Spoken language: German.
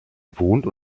wohnt